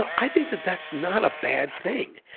i think that that's not a bad thing.